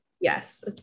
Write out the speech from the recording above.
Yes